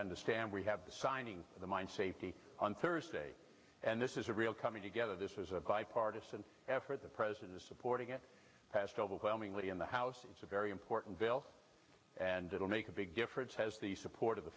understand we have the signing of the mine safety on thursday and this is a real coming together this is a bipartisan effort the president supporting it passed overwhelmingly in the house it's a very important bill and it will make a big difference has the support